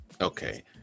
Okay